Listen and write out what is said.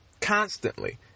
Constantly